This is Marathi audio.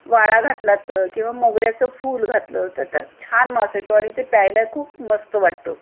वाळा घातला तर किंवा मोगऱ्याचं फूल घातलं तर त्यात छान वास येतो आणि ते प्यायला खूप मस्त वाटतं